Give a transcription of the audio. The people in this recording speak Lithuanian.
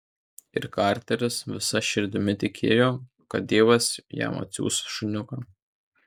ir karteris visa širdimi tikėjo kad dievas jam atsiųs šuniuką